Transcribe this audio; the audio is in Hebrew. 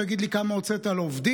תגיד לי כמה הוצאת על עובדים,